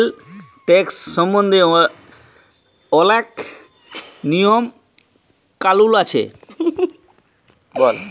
আমাদের ভারতীয় সরকারেল্লে ট্যাকস সম্বল্ধে অলেক লিয়ম কালুল আছে